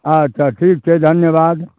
अच्छा ठीक छै धन्यवाद